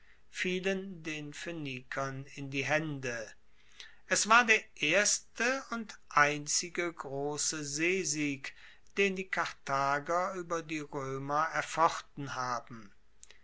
fielen den phoenikern in die haende es war der erste und einzige grosse seesieg den die karthager ueber die roemer erfochten haben